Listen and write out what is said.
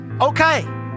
okay